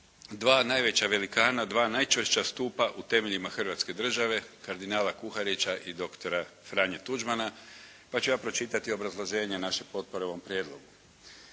dva najveća velikana, dva najčvršća stupa u temeljima hrvatske države, kardinala Kuharića i doktora Franje Tuđmana, pa ću ja pročitao obrazloženje naše potpore ovom prijedlogu.